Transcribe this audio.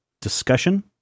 discussion